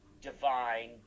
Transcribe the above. divine